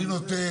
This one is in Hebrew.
אני נוטה,